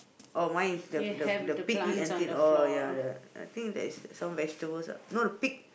oh my is the the the pig eat until all ya the I think that is the some vegetables ah no the pig